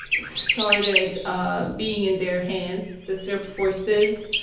started being in their hands, the serb forces.